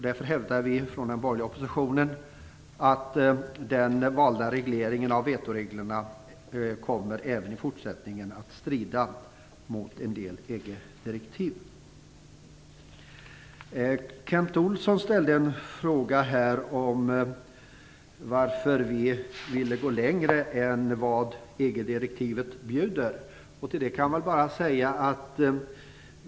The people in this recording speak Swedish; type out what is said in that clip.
Därför hävdar vi från den borgerliga oppositionen att den valda regleringen av vetoreglerna även i fortsättningen kommer att strida mot en del EG-direktiv. Kent Olsson frågade varför vi ville gå längre än vad EG-direktivet bjuder.